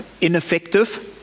Ineffective